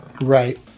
Right